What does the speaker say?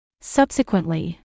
Subsequently